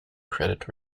credit